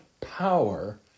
power